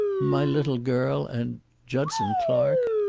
my little girl, and judson clark!